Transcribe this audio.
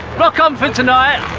rock on for tonight,